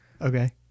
Okay